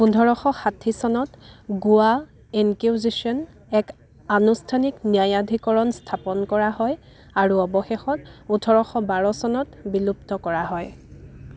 পোন্ধৰশ ষাঠি চনত গোৱা ইনকিউজিচন এক আনুষ্ঠানিক ন্যায়াধীকৰণ স্থাপন কৰা হয় আৰু অৱশেষত ওঠৰশ বাৰ চনত বিলুপ্ত কৰা হয়